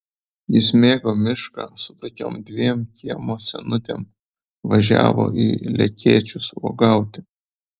jis mėgo mišką su tokiom dviem kiemo senutėm važiavo į lekėčius uogauti